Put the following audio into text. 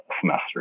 semester